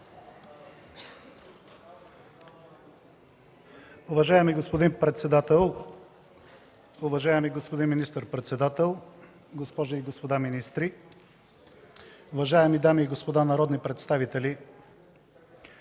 Уважаеми господин председател, уважаеми господин министър-председател, госпожи и господа министри, уважаеми дами и господа народни представители!